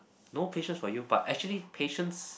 no patience for you but actually patience